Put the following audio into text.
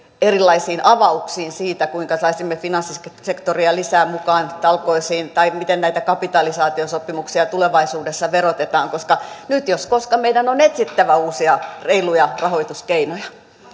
erilaisiin avauksiin siitä kuinka saisimme finanssisektoria lisää mukaan talkoisiin tai miten näitä kapitaalisaatiosopimuksia tulevaisuudessa verotetaan koska nyt jos koskaan meidän on etsittävä uusia reiluja rahoituskeinoja